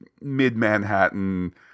mid-Manhattan